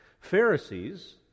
Pharisees